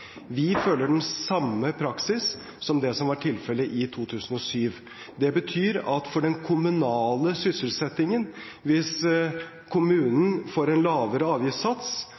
Vi følger den samme praksis som det som var tilfellet i 2007. Det betyr at for den kommunale sysselsettingen, hvis kommunen får en lavere avgiftssats